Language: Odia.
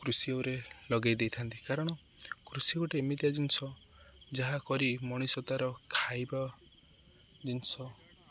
କୃଷିରେ ଲଗେଇ ଦେଇଥାନ୍ତି କାରଣ କୃଷି ଗୋଟେ ଏମିତିଆ ଜିନିଷ ଯାହା କରି ମଣିଷ ତାର ଖାଇବା ଜିନିଷ